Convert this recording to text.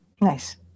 Nice